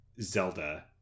Zelda